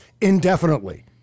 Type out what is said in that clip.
indefinitely